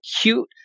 cute